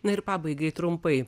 na ir pabaigai trumpai